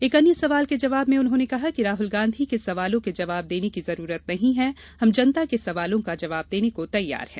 एक अन्य सवाल के जबाव में उन्होंने कहा कि राहल गांधी के सवालों के जबाव देने की जरूरत नही हैहम जनता के सवालों का जबाव देने को तैयार है